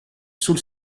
sul